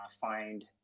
find